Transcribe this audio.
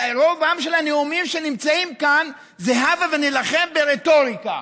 רוב הנאומים שנמצאים כאן זה: הבה נילחם ברטוריקה.